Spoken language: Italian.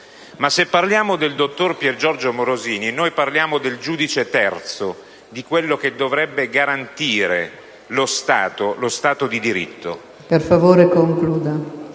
ma se parliamo del dottor Piergiorgio Morosini, parliamo del giudice terzo, di quello che dovrebbe garantire lo Stato, lo Stato